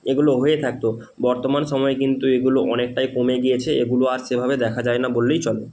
এগুলো হয়ে থাকত বর্তমান সময়ে কিন্তু এগুলো অনেকটাই কমে গিয়েছে এগুলো আর সেভাবে দেখা যায় না বললেই চলে